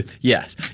yes